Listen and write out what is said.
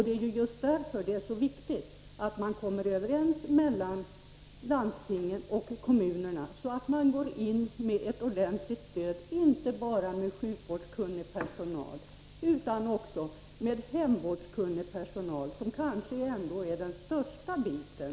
Det är just därför som det är så viktigt att landstingen och kommunerna kommer överens och går in och ger ett ordentligt stöd, inte bara med sjukvårdskunnig personal utan också med hemvårdskunnig personal — hemsjukvården är kanske ändå den största biten.